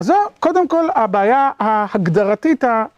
זו קודם כל הבעיה ההגדרתית.